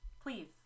Please